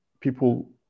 people